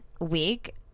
week